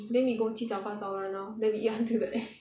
then we go 七早八早 [one] lor then we eat until the end